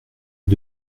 est